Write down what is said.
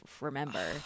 remember